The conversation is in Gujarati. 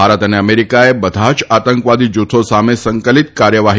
ભારત અને અમેરિકાએ બધા જ આતંકવાદી જુથો સામે સંકલીત કાર્યવાહી